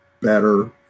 better